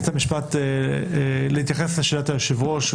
אבל ליתר ביטחון חשוב להעביר את זה לקריאה ראשונה לפני הפיזור.